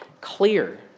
clear